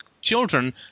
children